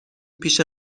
پیش